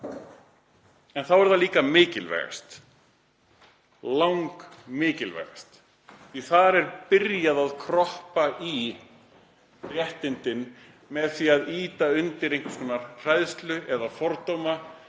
En þá er það líka mikilvægast, langmikilvægast, því að þar er byrjað að kroppa í réttindin með því að ýta undir einhvers konar hræðslu eða fordóma,